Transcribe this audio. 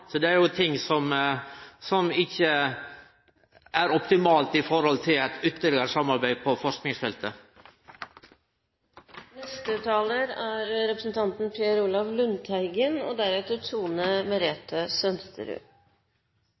Det er jo ting som ikkje er optimalt i forhold til eit ytterlegare samarbeid på forskingsfeltet. Først vil jeg takke for en svært balansert innledning om et viktig og